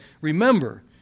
remember